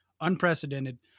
unprecedented